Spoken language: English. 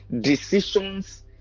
Decisions